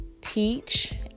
teach